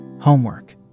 homework